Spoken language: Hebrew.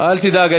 אל תדאג,